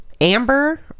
Amber